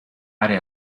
area